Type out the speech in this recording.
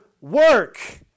work